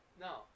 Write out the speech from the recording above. no